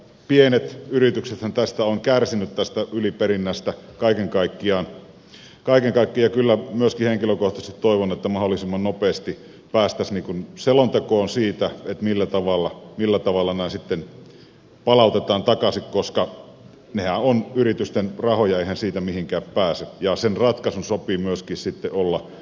totta on että pienet yrityksethän tästä yliperinnästä ovat kärsineet kaiken kaikkiaan ja kyllä myöskin henkilökohtaisesti toivon että mahdollisimman nopeasti päästäisiin selontekoon siitä millä tavalla nämä sitten palautetaan takaisin koska nehän ovat yritysten rahoja eihän siitä mihinkään pääse ja sen ratkaisun sopii sitten myöskin olla oikeudenmukainen